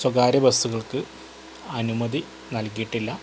സ്വകാര്യ ബസുകൾക്ക് അനുമതി നൽകിയിട്ടില്ല